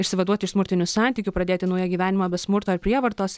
išsivaduoti iš smurtinių santykių pradėti naują gyvenimą be smurto ar prievartos